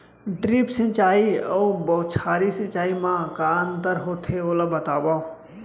Drip सिंचाई अऊ बौछारी सिंचाई मा का अंतर होथे, ओला बतावव?